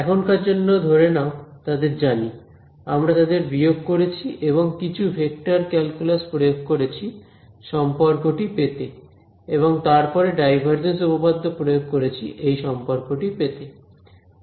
এখনকার জন্য ধরে নাও তাদের জানি আমরা তাদের বিয়োগ করেছি এবং কিছু ভেক্টর ক্যালকুলাস প্রয়োগ করেছি সম্পর্ক টি পেতে এবং তারপরে ডাইভারজেন্স উপপাদ্য প্রয়োগ করেছি এই সম্পর্ক টি পেতে